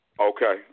Okay